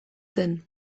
zen